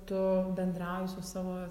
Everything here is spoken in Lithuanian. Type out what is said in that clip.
tu bendrauji su savo